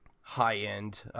high-end